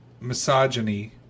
misogyny